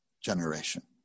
generation